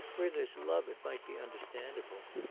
where there's love it might be understandable.